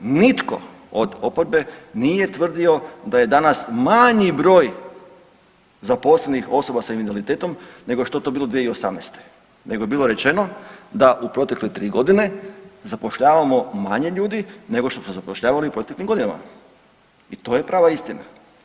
Nitko od oporbe nije tvrdio da je danas manji broj zaposlenih osoba sa invaliditetom nego što je to bilo 2018., nego je bilo rečeno da u proteklih 3 godine zapošljavamo manje ljudi nego što smo zapošljavali u proteklim godinama i to je prava istina.